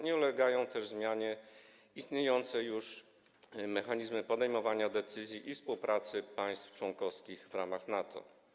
Nie ulegają też zmianie istniejące już mechanizmy podejmowania decyzji i współpracy państw członkowskich w ramach NATO.